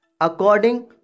according